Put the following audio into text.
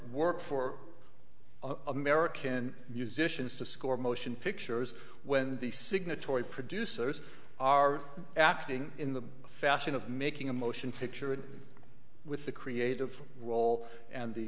work for american musicians to score motion pictures when the signatory producers are acting in the fashion of making a motion picture and with the creative role and the